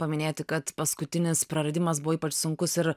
paminėti kad paskutinis praradimas buvo ypač sunkus ir